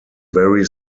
very